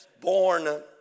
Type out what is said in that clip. Born